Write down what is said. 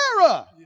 Sarah